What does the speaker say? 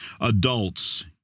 Adults